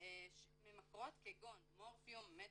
ממכרות כגון: מורפיום, מטאדון,